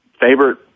favorite